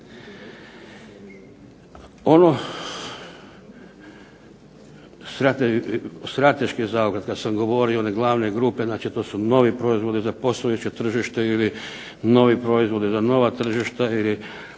Ono strateški kada sam govorio glavne grupe, to su novi proizvodi za postojeće tržište ili novi proizvodi za nova tržišta ili